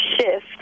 Shift